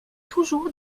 toujours